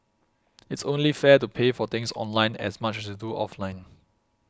it's only fair to pay for things online as much as you do offline